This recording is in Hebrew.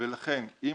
ולכן גם